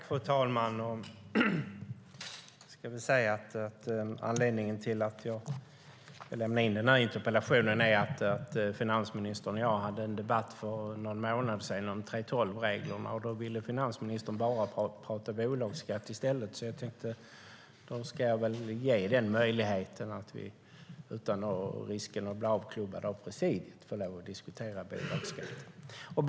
Fru talman! Jag ska säga att anledningen till att jag lämnade in denna interpellation är att finansministern och jag hade en debatt om 3:12-reglerna för någon månad sedan, där finansministern bara ville prata bolagsskatt i stället. Jag tänkte därför ge möjligheten att diskutera bolagsskatten utan att riskera att bli avklubbad av presidiet.